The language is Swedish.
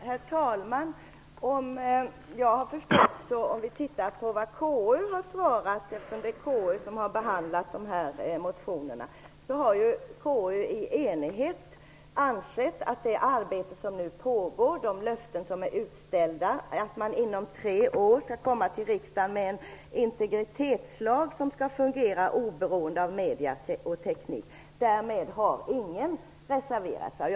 Herr talman! Det är ju konstitutionsutskottet som har behandlat dessa motioner, och konstitutionsutskottet har i enighet kommit fram till att man inom tre år skall komma till riksdagen med ett förslag om en integritetslag som skall fungera oberoende av medier och teknik. Därmed har ingen reserverat sig.